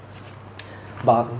but